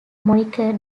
moniker